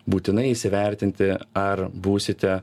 būtinai įsivertinti ar būsite